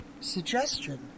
SUGGESTION